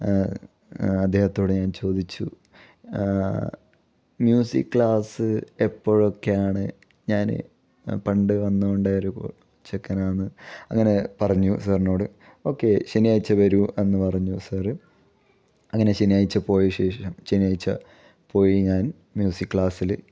അദ്ദേഹത്തോട് ഞാൻ ചോദിച്ചു മ്യൂസിക് ക്ലാസ് എപ്പോഴൊക്കെയാണ് ഞാൻ പണ്ട് വന്നുകൊണ്ടിരുന്ന ചെക്കനാണ് അങ്ങനെ പറഞ്ഞു സാറിനോട് ഓക്കെ ശനിയാഴ്ച വരൂ എന്ന് പറഞ്ഞു സാർ അങ്ങനെ ശനിയാഴ്ച പോയ ശേഷം ശെനിയാഴ്ച പോയി ഞാൻ മ്യൂസിക് ക്ലാസിൽ